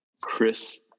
Chris